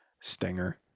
stinger